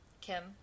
Kim